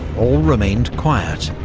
all remained quiet,